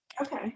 Okay